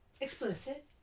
Explicit